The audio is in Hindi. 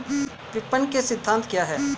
विपणन के सिद्धांत क्या हैं?